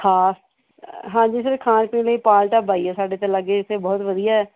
ਹਾਂਜੀ ਸਰ ਖਾਣ ਪੀਣ ਲਈ ਪਾਲ ਢਾਬਾ ਹੀ ਹੈ ਸਾਡਾ ਤਾਂ ਲਾਗੇ ਇੱਥੇ ਬਹੁਤ ਵਧੀਆ ਹੈ